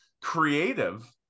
creative